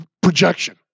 projection